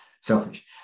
selfish